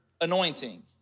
anointing